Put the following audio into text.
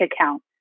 account